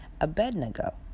Abednego